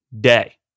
day